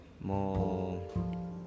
more